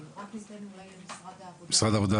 משרד העבודה